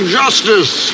justice